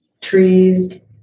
trees